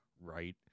right